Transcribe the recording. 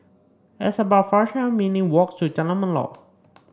it's about minutes' walks to Jalan Melor